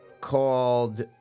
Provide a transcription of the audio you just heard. called